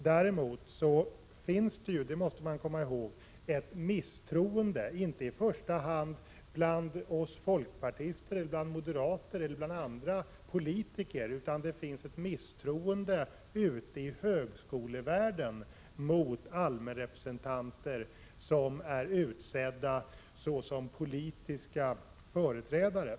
Däremot finns det — det måste man komma ihåg — ett misstroende, inte i första hand bland folkpartister, moderater eller andra politiker, utan i högskolevärlden mot allmänrepresentanter som är utsedda såsom politiska företrädare.